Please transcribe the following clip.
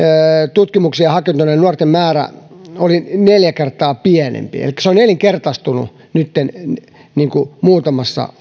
tutkimuksiin hakeutuneiden nuorten määrä oli neljä kertaa pienempi elikkä se on nelinkertaistunut nytten muutamassa